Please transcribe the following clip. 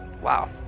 Wow